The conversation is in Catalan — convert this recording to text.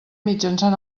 mitjançant